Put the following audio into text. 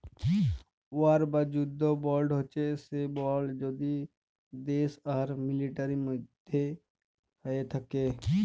war বা যুদ্ধ বল্ড হছে সে বল্ড যেট দ্যাশ আর মিলিটারির মধ্যে হ্যয়ে থ্যাকে